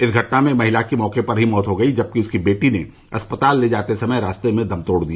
इस घटना में महिला की मौके पर ही मौत हो गई जबकि उसकी बेटी ने अस्पताल ले जाते समय रास्ते में ही दम तोड़ दिया